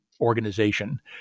organization